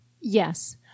Yes